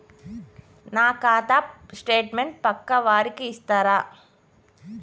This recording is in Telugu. నా ఖాతా స్టేట్మెంట్ పక్కా వారికి ఇస్తరా?